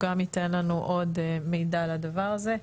גם ייתן לנו עוד מידע על הדבר הזה.